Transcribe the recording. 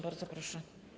Bardzo proszę.